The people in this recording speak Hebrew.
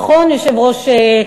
נכון, היושב-ראש?